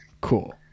Cool